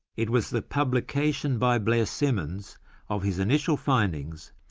it was the publication by blair simmons of his initial findings,